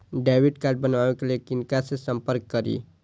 Debit card बनावे के लिए किनका से संपर्क करी?